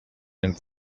and